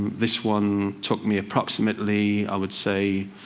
this one took me approximately, i would say,